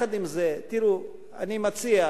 יחד עם זה, אני מציע,